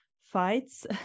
fights